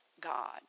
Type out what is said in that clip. God